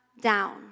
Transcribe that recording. down